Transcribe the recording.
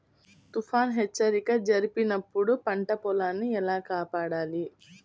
తుఫాను హెచ్చరిక జరిపినప్పుడు పంట పొలాన్ని ఎలా కాపాడాలి?